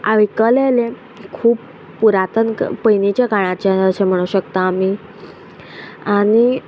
आयकलेले खूब पुरातन पयलीच्या काळाचें आसा अशें म्हणू शकता आमी आनी